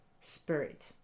spirit